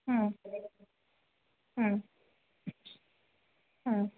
ಹ್ಞೂ ಹ್ಞೂ ಹ್ಞೂ